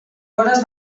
vores